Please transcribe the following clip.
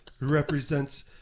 Represents